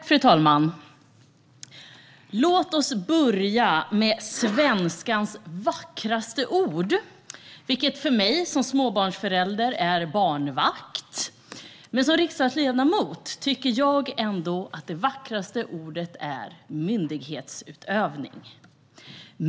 Fru talman! Låt oss börja med svenskans vackraste ord, vilket för mig som småbarnsförälder är "barnvakt". Men som riksdagsledamot tycker jag ändå att det vackraste ordet är "myndighetsutövning".